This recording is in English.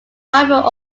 private